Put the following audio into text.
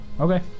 Okay